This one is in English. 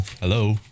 hello